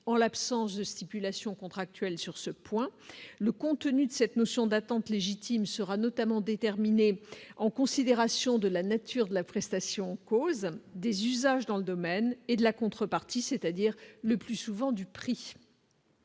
en l'absence de stipulation contractuelle sur ce point, le contenu de cette notion d'attente légitime sera notamment déterminer en considération de la nature de la prestation cause des usages dans le domaine et de la contrepartie, c'est-à-dire le plus souvent du prix.